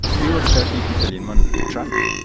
we were thirty people in one truck,